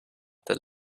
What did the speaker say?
their